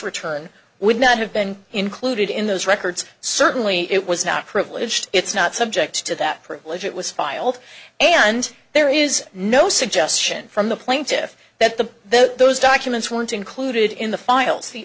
return would not have been included in those records certainly it was not privileged it's not subject to that privilege it was filed and there is no suggestion from the plaintiffs that the those documents weren't included in the